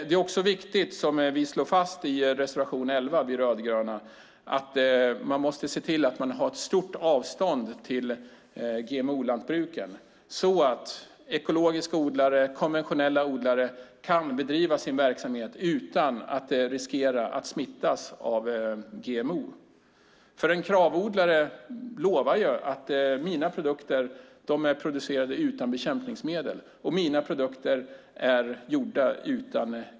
Det är också viktigt, som vi rödgröna slår fast i reservation 11, att se till att det finns ett stort avstånd till GMO-lantbruken så att ekologiska odlare och konventionella odlare kan bedriva sin verksamhet utan att riskera att smittas av GMO, för en kravodlare lovar ju att hans eller hennes produkter är producerade utan bekämpningsmedel och GMO.